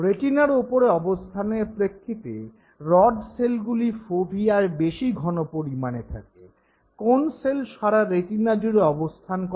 রেটিনার ওপরে অবস্থানের প্রেক্ষিতে রড সেলগুলি ফোভিয়ায় বেশি ঘন পরিমাণে থাকে কোণ সেল সারা রেটিনা জুড়ে অবস্থান করে